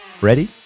Ready